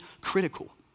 critical